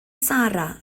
sara